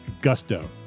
Gusto